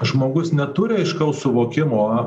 žmogus neturi aiškaus suvokimuo